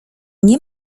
nie